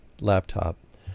laptop